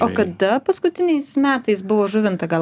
o kada paskutiniais metais buvo žuvinta gal